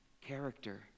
character